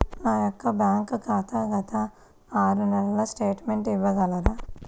నా యొక్క బ్యాంక్ ఖాతా గత ఆరు నెలల స్టేట్మెంట్ ఇవ్వగలరా?